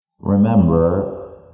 Remember